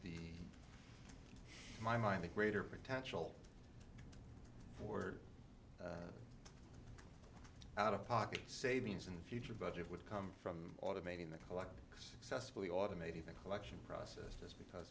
my mind the greater potential for out of pocket savings in the future budget would come from automating the collecting successfully automating the collection process because